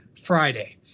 Friday